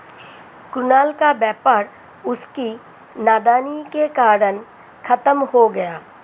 कुणाल का व्यापार उसकी नादानी के कारण खत्म हो गया